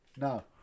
no